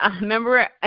remember